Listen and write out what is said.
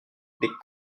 des